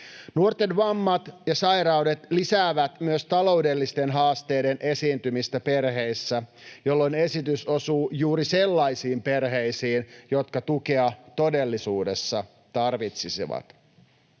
Nuorten vammat ja sairaudet lisäävät myös taloudellisten haasteiden esiintymistä perheissä, jolloin esitys osuu juuri sellaisiin perheisiin, jotka tukea todellisuudessa tarvitsisivat.